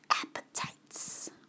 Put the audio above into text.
appetites